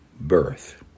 birth